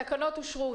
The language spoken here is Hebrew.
התקנות אושרו.